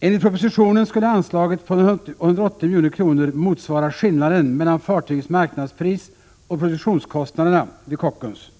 Enligt propositionen skulle anslaget på 180 milj.kr. motsvara skillnaden mellan fartygets marknadspris och produktionskostnaden vid Kockums.